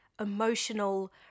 emotional